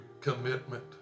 commitment